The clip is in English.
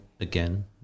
again